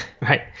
right